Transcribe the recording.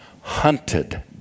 hunted